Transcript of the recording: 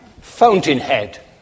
fountainhead